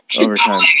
overtime